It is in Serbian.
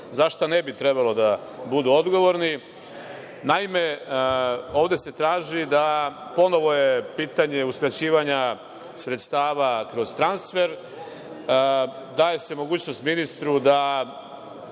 za šta ne bi trebalo da budu odgovorni. Naime, ovde se traži, ponovo je pitanje uskraćivanja sredstava kroz transfer, daje se mogućnost ministru da